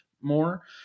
more